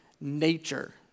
nature